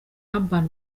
urban